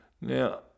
Now